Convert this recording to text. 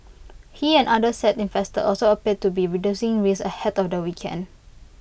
he and others said investors also appeared to be reducing risk ahead of the weekend